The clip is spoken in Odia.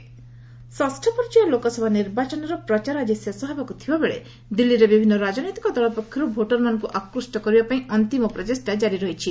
ଦିଲ୍ଲୀ ଇଲେକ୍ସନ୍ ଷଷ୍ଠ ପର୍ଯ୍ୟାୟ ଲୋକସଭା ନିର୍ବାଚନର ପ୍ରଚାର ଆଜି ଶେଷ ହେବାକୁ ଥିବା ବେଳେ ଦିଲ୍ଲୀରେ ବିଭିନ୍ନ ରାଜନୈତିକ ଦଳ ପକ୍ଷରୁ ଭୋଟରମାନଙ୍କୁ ଆକୃଷ୍ଟ କରିବା ପାଇଁ ଅନ୍ତିମ ପ୍ରଚେଷ୍ଟା ଜାରି ରହିଛି